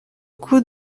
coût